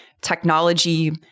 technology